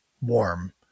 warm